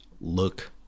look